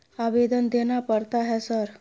आवेदन देना पड़ता है सर?